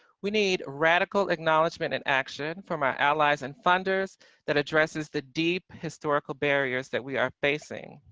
we need radical acknowledgement and action from our allies and funders that addresses the deep historical barriers that we are facing.